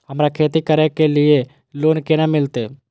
हमरा खेती करे के लिए लोन केना मिलते?